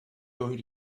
going